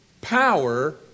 Power